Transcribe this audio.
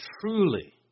Truly